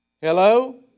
Hello